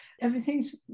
everything's